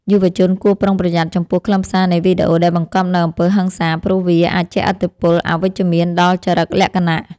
យុវជនគួរប្រុងប្រយ័ត្នចំពោះខ្លឹមសារនៃវីដេអូដែលបង្កប់នូវអំពើហិង្សាព្រោះវាអាចជះឥទ្ធិពលអវិជ្ជមានដល់ចរិតលក្ខណៈ។